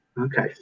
Okay